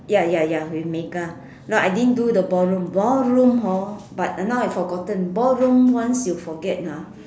ya ya ya with Mika no I didn't do the ballroom ballroom hor but now I forgotten ballroom once you forget ah